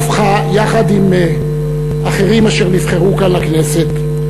כוכבך, יחד עם אחרים אשר נבחרו כאן לכנסת,